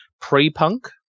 pre-punk